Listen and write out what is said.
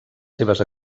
seves